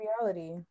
reality